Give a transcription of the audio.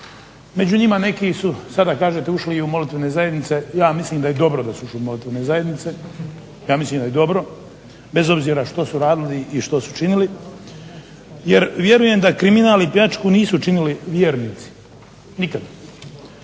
Među njima neki su, sada kažete, ušli i u molitvene zajednice. Ja mislim da je dobro da su ušli u molitvene zajednice, ja mislim da je dobro bez obzira što su radili i što su činili, jer vjerujem da kriminal i pljačku nisu činili vjernici, nikada.